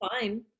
fine